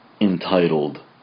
entitled